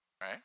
right